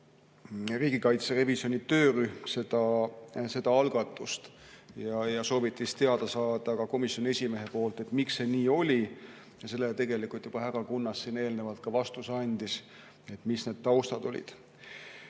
riigikaitse revisjoni töörühm seda algatust. Sooviti teada saada, ka komisjoni esimehe poolt, et miks see nii oli. Sellele tegelikult härra Kunnas siin eelnevalt juba vastuse andis, et mis need taustad olid.